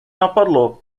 napadlo